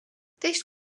teist